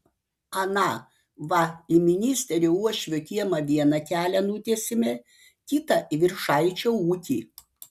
ana va į ministerio uošvio kiemą vieną kelią nutiesėme kitą į viršaičio ūkį